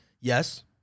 Yes